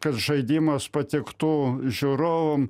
kad žaidimas patiktų žiūrovam